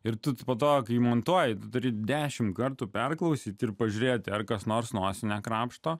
ir tu po to kai montuoji tu turi dešim kartų perklausyt ir pažiūrėti ar kas nors nosių nekrapšto